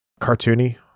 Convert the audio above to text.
cartoony